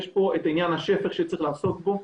יש פה את עניין השפך שצריך לעסוק בו.